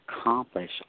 accomplish